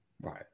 Right